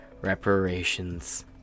reparations